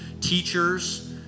teachers